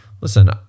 listen